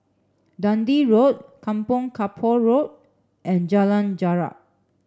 Dundee Road Kampong Kapor Road and Jalan Jarak